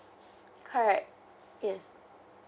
correct yes